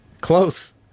Close